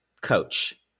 coach